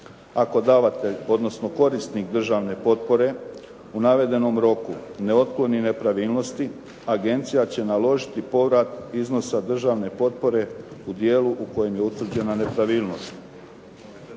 Ako davatelj, odnosno korisnik državne potpore u navedenom roku ne otkloni nepravilnosti, agencija će naložiti povrat iznosa državne potpore u dijelu kojem je utvrđena nepravilnost.